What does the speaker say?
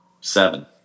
Seven